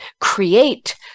create